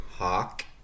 Hawk